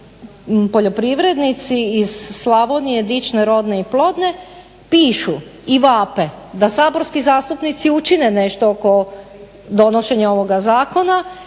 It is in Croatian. poljoprivrednici iz Slavonije, dične, rodne i plodne, pišu i vape da saborski zastupnici učine nešto oko donošenja ovoga zakona